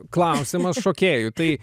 klausimas šokėjui tai